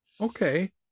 okay